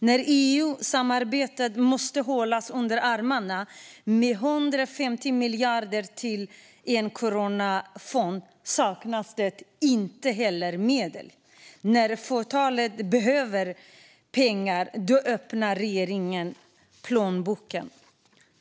När EU-samarbetet måste hållas under armarna med 150 miljarder till en coronafond saknas det inte heller medel. När fåtalet behöver pengar öppnar regeringen plånboken.